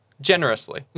generously